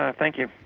ah thank you.